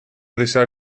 deixar